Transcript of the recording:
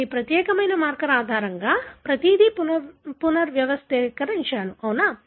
నేను ఈ ప్రత్యేక మార్కర్ ఆధారంగా ప్రతిదీ పునర్వ్యవస్థీకరించాను సరేనా